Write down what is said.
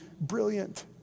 brilliant